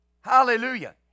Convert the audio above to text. Hallelujah